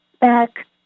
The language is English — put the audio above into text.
back